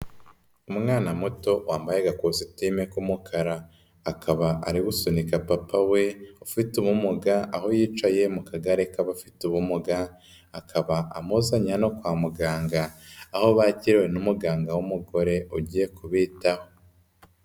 Umwana muto wambaye agakositime k'umukara, akaba ari gusunika papa we ufite ubumuga aho yicaye mu kagare k'abafite ubumuga, akaba amuzanye hano kwa muganga, aho bakiriwe n'umuganga w'umugore ugiye kubitaho.